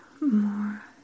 more